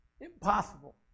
Impossible